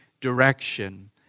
direction